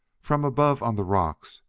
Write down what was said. from above on the rocks,